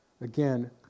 Again